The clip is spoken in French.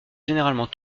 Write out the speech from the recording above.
généralement